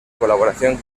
colaboración